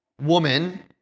woman